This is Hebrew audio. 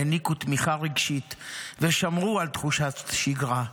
העניקו תמיכה רגשית ושמרו על תחושת שגרה.